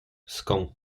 skąd